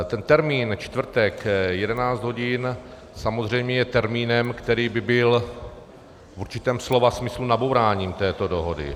Ten termín čtvrtek 11 hodin samozřejmě je termínem, který by byl v určitém slova smyslu nabouráním této dohody.